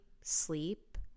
sleep